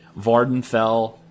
Vardenfell